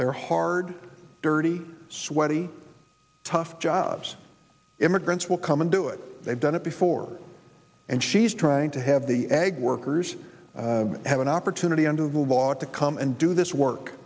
they're hard dirty sweaty tough jobs immigrants will come and do it they've done it before and she's trying to have the ag workers have an opportunity under the law to come and do this work